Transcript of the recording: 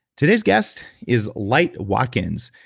today's guest is light watkins.